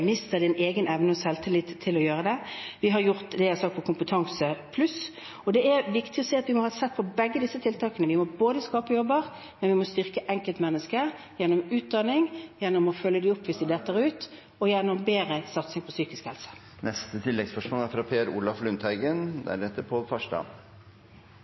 mister egen evne og selvtillit til å gjøre det. Vi har Kompetansepluss – og det er viktig at vi ser på begge disse tiltakene. Vi må både skape jobber og styrke enkeltmennesket gjennom utdanning, gjennom å følge dem opp hvis de faller ut, og gjennom bedre satsing på psykisk helse. Per Olaf Lundteigen